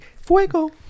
fuego